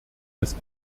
des